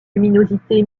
luminosité